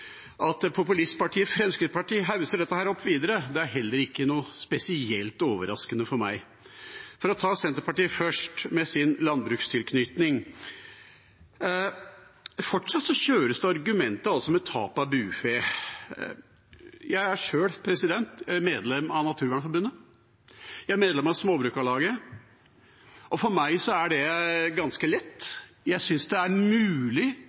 At populistpartiet Fremskrittspartiet hausser dette opp videre, er heller ikke noe spesielt overraskende for meg. Jeg tar Senterpartiet først, med sin landbrukstilknytning. Fortsatt kjøres argumentet om tap av bufe. Jeg er sjøl medlem av Naturvernforbundet. Jeg er medlem av Småbrukarlaget. For meg er det ganske lett. Jeg mener det er mulig